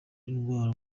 indwara